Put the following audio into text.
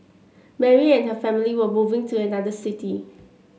Mary and her family were moving to another city